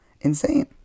Insane